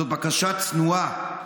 זאת בקשה צנועה,